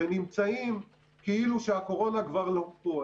ונמצאים כאילו שהקורונה כבר לא פה.